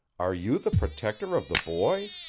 are you the protector of the boy?